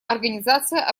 организация